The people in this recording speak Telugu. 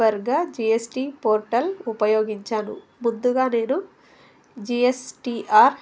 వర్గా జిఎస్టి పోర్టల్ ఉపయోగించాను ముందుగా నేను జిఎస్టిఆర్